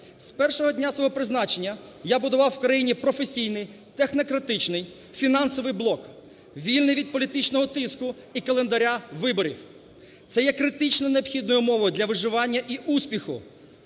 З першого дня свого призначення я будував в країні професійний технократичний фінансовий блок, вільний від політичного тиску і календаря виборів. Це є критично необхідною умовою для виживання і успіху